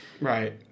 Right